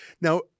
Now